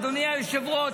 אדוני היושב-ראש,